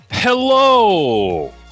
Hello